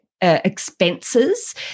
expenses